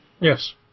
Yes